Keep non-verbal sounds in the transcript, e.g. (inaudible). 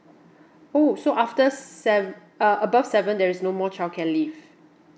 (breath) oh so after sev~ uh above seven there is no more childcare leave